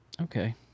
Okay